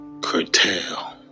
curtail